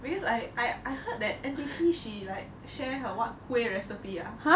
because I I I heard that N_D_P she like share her what kuih recipe ah